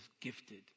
gifted